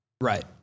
Right